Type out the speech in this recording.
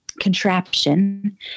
contraption